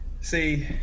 See